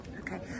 Okay